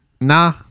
Nah